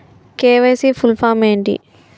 KYC full form ఏంటి?